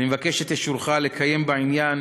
אני מבקש את אישורך לקיים בעניין